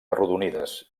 arrodonides